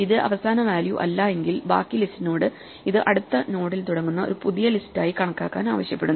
ഇത് അവസാന വാല്യൂ അല്ല എങ്കിൽ ബാക്കി ലിസ്റ്റിനോട് ഇത് അടുത്ത നോഡിൽ തുടങ്ങുന്ന ഒരു പുതിയ ലിസ്റ്റ് ആയി കണക്കാക്കാൻ ആവശ്യപ്പെടുന്നു